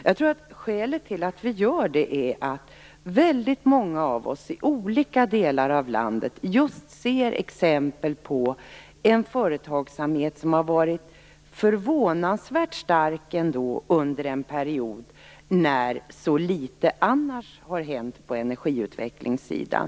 Jag tror att skälet till att vi gör det är att väldigt många av oss i olika delar av landet ser exempel på en företagsamhet som har varit förvånansvärt stark under en period när så litet annat har hänt på energiutvecklingssidan.